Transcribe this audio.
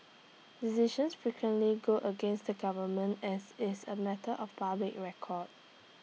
decisions frequently go against the government as is A matter of public record